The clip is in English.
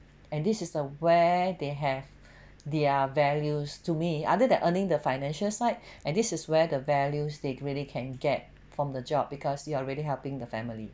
and this is the where they have their values to me other than earning the financial side and this is where the values they really can get from the job because you are really helping the family